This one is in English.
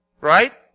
right